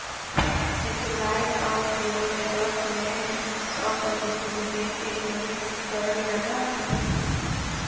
सेटे light आउर cable network में सौ प्रतिशत विदेशी निवेश किहल जाला